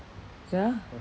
ya